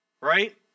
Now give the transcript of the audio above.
Right